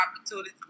opportunities